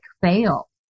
fail